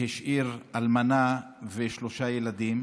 והשאיר אלמנה ושלושה ילדים.